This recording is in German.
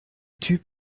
typ